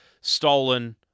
stolen